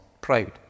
proud